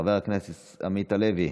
חבר הכנסת ווליד טאהא,